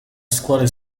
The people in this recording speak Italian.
scuole